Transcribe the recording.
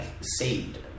saved